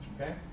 Okay